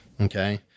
okay